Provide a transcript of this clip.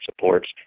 supports